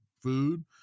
food